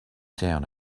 down